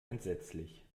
entsetzlich